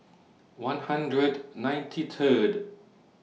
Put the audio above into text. one hundred ninety Third